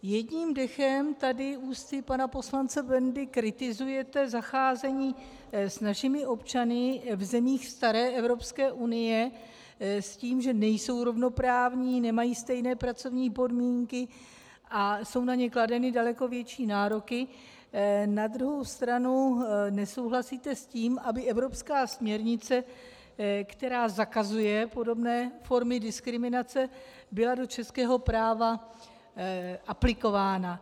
Jedním dechem tady ústy pana poslance Bendy kritizujete zacházení s našimi občany v zemích staré Evropské unie s tím, že nejsou rovnoprávní, nemají stejné pracovní podmínky a jsou na ně kladeny daleko větší nároky, na druhou stranu nesouhlasíte s tím, aby evropská směrnice, která zakazuje podobné formy diskriminace, byla do českého práva aplikována.